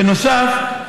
בנוסף,